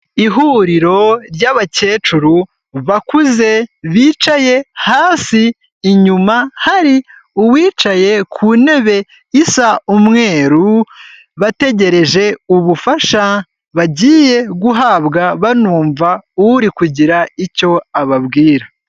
Ihuriro ry'abakecuru bakuze, bicaye hasi inyuma hari uwicaye ku ntebe isa umweru. Bategereje ubufasha bagiye guhabwa banumva uri kugira icyo ababwira.